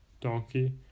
donkey